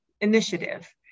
initiative